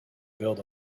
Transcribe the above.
build